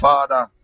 Father